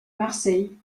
marseille